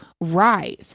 rise